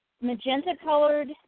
magenta-colored